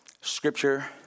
Scripture